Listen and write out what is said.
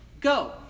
go